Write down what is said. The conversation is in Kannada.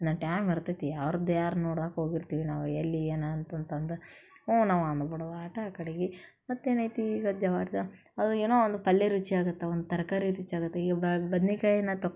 ಇನ್ನೂ ಟ್ಯಾಮ್ ಇರ್ತತಿ ಅವ್ರದು ಯಾರು ನೋಡಕ್ಕೋಗಿರ್ತೀವಿ ನಾವು ಎಲ್ಲಿ ಏನು ಅಂತಂತಂದು ಹ್ಞೂ ನಾವು ಆಟ ಕಡಿಗೆ ಮತ್ತೇನೈತಿ ಈಗ ಜವಾರ್ದು ಅದು ಏನೋ ಒಂದು ಪಲ್ಯ ರುಚಿ ಆಗತ್ತೆ ಒಂದು ತರಕಾರಿ ರುಚಿ ಆಗತ್ತೆ ಈಗ ಬದ್ನೆಕಾಯ್ ನಾ ತೊ